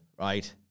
right